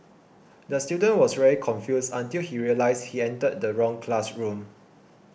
the student was very confused until he realised he entered the wrong classroom